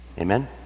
amen